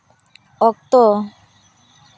ᱚᱠᱛᱚ